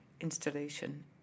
installation